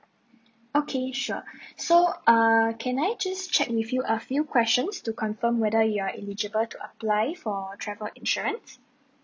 okay sure so err can I just check with you a few questions to confirm whether you are eligible to apply for travel insurance